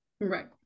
Right